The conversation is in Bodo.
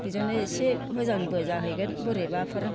बेजोंनो एसे मोजांबो जाहैगोन बोरैबाफोर